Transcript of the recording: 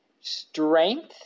strength